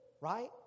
right